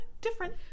different